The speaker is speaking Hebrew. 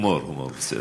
הומור, הומור, בסדר.